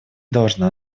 должна